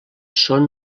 són